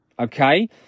Okay